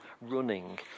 running